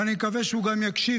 ואני מקווה שהוא גם יקשיב,